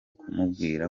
kumubwira